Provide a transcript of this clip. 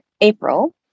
April